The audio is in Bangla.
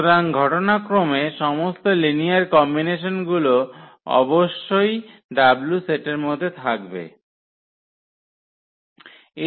সুতরাং ঘটনাক্রমে সমস্ত লিনিয়ার কম্বিনেশনগুলো অবশ্যই w সেটের মধ্যে থাকবে তার অর্থ হল এটাও SPAN এ থাকবে